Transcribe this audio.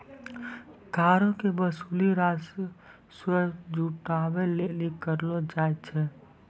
करो के वसूली राजस्व जुटाबै लेली करलो जाय छै